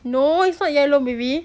no it's not yellow baby